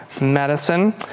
medicine